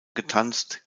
getanzt